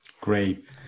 Great